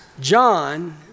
John